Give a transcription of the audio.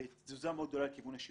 תזוזה מאוד גדולה לכיוון השילוב,